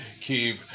keep